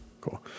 cool